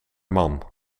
man